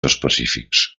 específics